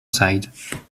side